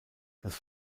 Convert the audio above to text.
das